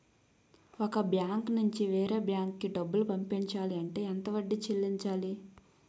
ఒక బ్యాంక్ నుంచి వేరే బ్యాంక్ కి డబ్బులు పంపించాలి అంటే ఎంత వడ్డీ చెల్లించాలి?